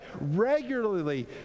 regularly